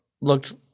looked